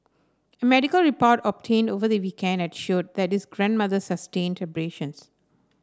a medical report obtained over the weekend had showed that his grandmother sustained abrasions